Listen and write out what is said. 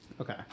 Okay